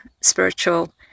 spiritual